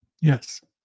Yes